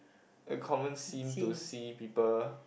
a common scene to see people